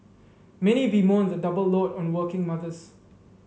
many bemoan the double load on working mothers